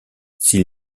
s’il